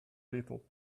little